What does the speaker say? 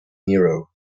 nero